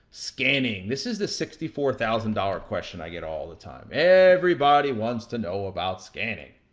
scanning, this is the sixty four thousand dollars question i get all the time. everybody wants to know about scanning.